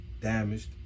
damaged